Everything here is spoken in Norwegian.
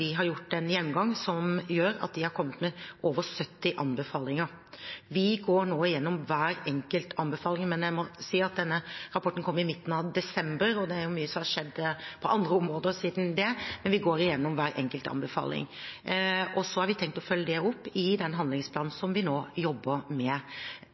har gjort en gjennomgang som gjør at de har kommet med over 70 anbefalinger. Vi går nå igjennom hver enkelt anbefaling. Denne rapporten kom i midten av desember, og det er mye som har skjedd på andre områder siden det, men vi går igjennom hver enkelt anbefaling. Så har vi tenkt å følge det opp i den handlingsplanen vi nå jobber med.